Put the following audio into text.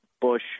Bush